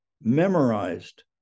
memorized